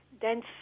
dense